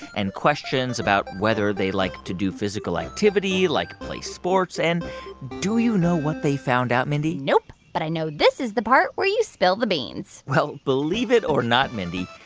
and questions about whether they like to do physical activity like play sports. and do you know what they found out, mindy? nope. but i know this is the part where you spill the beans well, believe it or not, mindy,